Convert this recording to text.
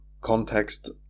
context